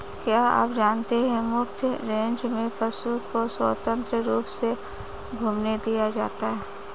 क्या आप जानते है मुफ्त रेंज में पशु को स्वतंत्र रूप से घूमने दिया जाता है?